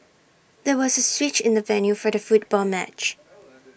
there was A switch in the venue for the football match